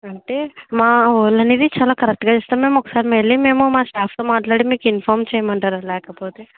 అంటే మా వాళ్ళు అనేది చాలా కరెక్టుగా ఇస్తాము మేము ఒకసారి వెళ్లి మేము మా స్టాఫ్తో మాట్లాడి మీకు ఇన్ఫార్మ్ చేయమంటారా లేకపోతే